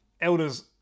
elders